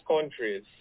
countries